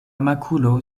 makulo